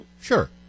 sure